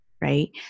right